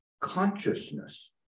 consciousness